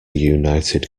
united